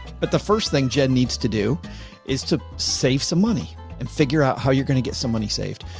but the first thing jen needs to do is to save some money and figure out how you're going to get some money saved.